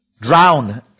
drown